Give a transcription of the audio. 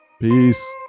Peace